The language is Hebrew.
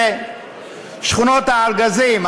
שזה שכונות הארגזים,